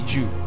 Jew